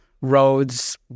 roads